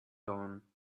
lawn